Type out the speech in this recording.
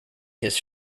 his